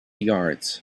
yards